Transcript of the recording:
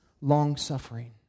long-suffering